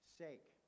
sake